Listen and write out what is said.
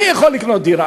מי יכול לקנות דירה?